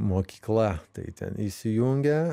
mokykla tai ten įsijungia